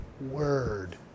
word